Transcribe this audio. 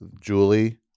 Julie